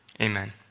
Amen